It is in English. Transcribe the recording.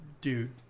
dude